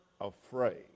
afraid